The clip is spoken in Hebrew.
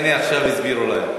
הנה, עכשיו הסבירו להם.